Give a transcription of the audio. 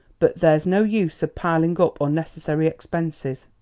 but there's no use of piling up unnecessary expenses.